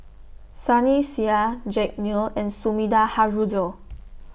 Sunny Sia Jack Neo and Sumida Haruzo